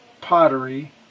pottery